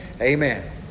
Amen